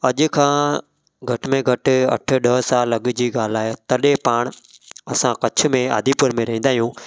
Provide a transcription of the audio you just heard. अॼ खां घटि में घटि अठ ॾह साल अॻ जी ॻाल्हि आहे तॾहिं पाण असां कच्छ में आदिपुर में रहंदा आहियूं